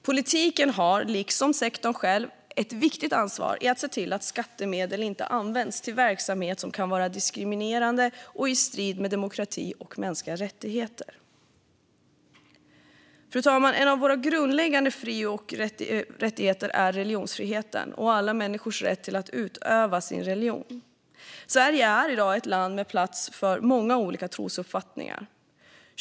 Politiken har, liksom sektorn själv, ett viktigt ansvar att se till att skattemedel inte används till verksamhet som kan vara diskriminerande och i strid med demokrati och mänskliga rättigheter. Fru talman! En av våra grundläggande fri och rättigheter är religionsfriheten och alla människors rätt att utöva sin religion. Sverige är i dag ett land med plats för många olika trosuppfattningar.